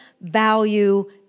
value